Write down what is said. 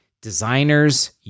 designers